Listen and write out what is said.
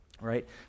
right